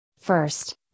First